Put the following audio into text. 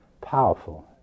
powerful